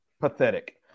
Pathetic